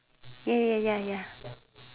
ya ya ya ya